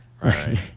right